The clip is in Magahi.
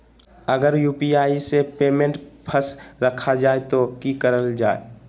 अगर यू.पी.आई से पेमेंट फस रखा जाए तो की करल जाए?